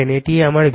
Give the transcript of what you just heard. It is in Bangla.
এটি আমার v